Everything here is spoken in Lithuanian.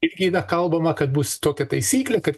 ir yra kalbama kad bus tokia taisyklė kad